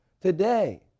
Today